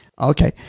Okay